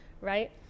right